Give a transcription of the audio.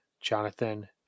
Jonathan